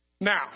Now